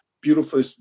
beautiful